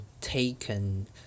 taken